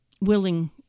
willing